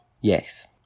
Yes